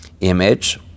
image